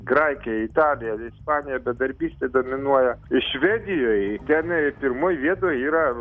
graikija italija ir ispanija bedarbystė dominuoja švedijoj ten pirmoj vietoj yra